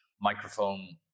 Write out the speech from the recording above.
microphone